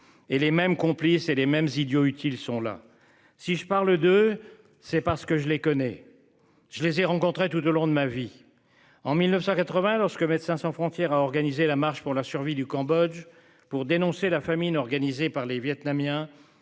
et les mêmes complices et les mêmes idiots utiles sont là si je parle de. C'est parce que je les connais. Je les ai rencontrés tout au long de ma vie en 1980 lorsque Médecins sans frontières a organisé la marche pour la survie du Cambodge pour dénoncer la famine organisée par les Vietnamiens.